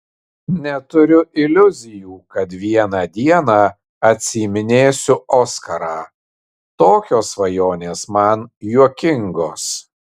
neturiu iliuzijų kad vieną dieną atsiiminėsiu oskarą tokios svajonės man juokingos